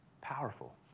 Powerful